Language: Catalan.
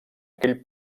aquell